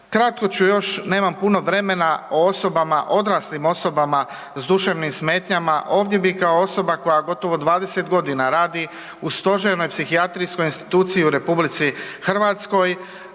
Kratko ću još nemam puno vremena o osobama, odraslim osobama s duševnim smetnjama, ovdje bi kao osoba koje gotovo 20 godina radi u stožernoj psihijatrijskoj instituciji u RH, ali to